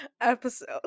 episode